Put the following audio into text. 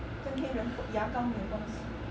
跟黑人牙膏没有关系